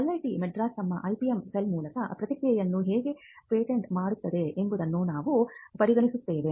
IIT Madras ತಮ್ಮ IPM cell ಮೂಲಕ ಪ್ರಕ್ರಿಯೆಯನ್ನು ಹೇಗೆ ಪೇಟೆಂಟ್ ಮಾಡುತ್ತದೆ ಎಂಬುದನ್ನು ನಾವು ಪರಿಗಣಿಸುತ್ತೇವೆ